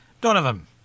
Donovan